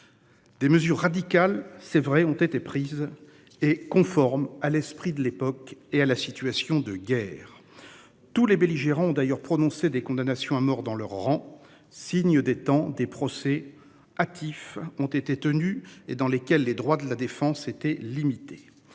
Des mesures radicales c'est vrai ont été prises et conformes à l'esprit de l'époque et à la situation de guerre. Tous les belligérants ont d'ailleurs prononcé des condamnations à mort dans leurs rangs. Signe des temps, des procès hâtifs ont été tenus et dans lesquelles les droits de la défense était limité.